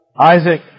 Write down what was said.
Isaac